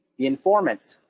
the informant.